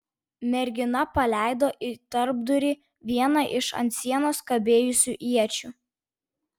mergina paleido į tarpdurį vieną iš ant sienos kabėjusių iečių